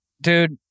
dude